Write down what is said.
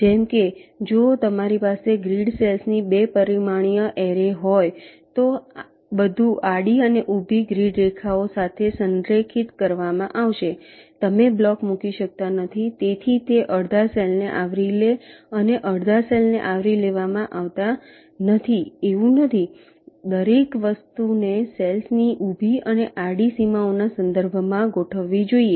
જેમ કે જો તમારી પાસે ગ્રીડ સેલ્સ ની 2 પરિમાણીય એરે હોય તો બધું આડી અને ઊભી ગ્રીડ રેખાઓ સાથે સંરેખિત કરવામાં આવશે તમે બ્લોક મૂકી શકતા નથી તેથી તે અડધા સેલ ને આવરી લે અને અડધા સેલ ને આવરી લેવામાં આવતા નથી એવું નથી દરેક વસ્તુને સેલ્સની ઊભી અને આડી સીમાઓના સંદર્ભમાં ગોઠવવી જોઈએ